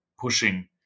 pushing